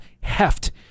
heft